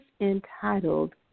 entitled